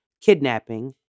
kidnapping